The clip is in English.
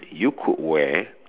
you could wear